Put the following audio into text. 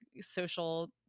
social